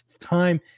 time